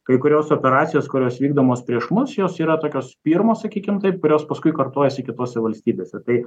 kai kurios operacijos kurios vykdomos prieš mus jos yra tokios pirmos sakykim taip kurios paskui kartojasi kitose valstybėse tai